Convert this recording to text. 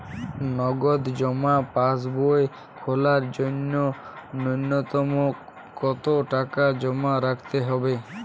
নগদ জমা পাসবই খোলার জন্য নূন্যতম কতো টাকা জমা করতে হবে?